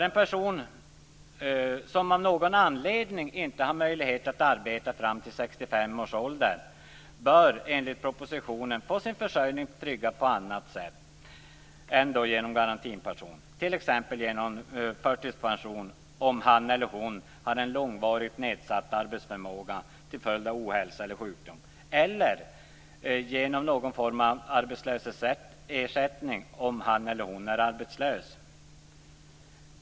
En person som av någon anledning inte har möjlighet att arbeta fram till 65 års ålder bör enligt propositionen få sin försörjning tryggad på annat sätt än genom garantipension. Det kan t.ex. ske genom förtidspension om han eller hon har en långvarigt nedsatt arbetsförmåga till följd av ohälsa eller sjukdom, eller genom form av arbetslöshetsersättning om han eller hon är arbetslös.